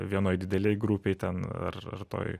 vienoj didelėj grupėj ten ar ar toj